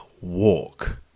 walk